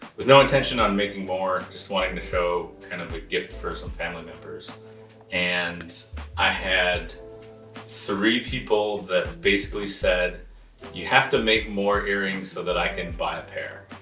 with no intention on making more just wanting to show kind of a gift for some family members and i had three people that basically said you have to make more earrings so that i can buy a pair.